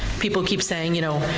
people keep saying, you know,